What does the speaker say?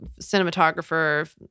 cinematographer